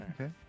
Okay